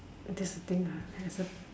that's the thing there's A